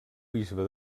bisbe